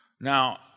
Now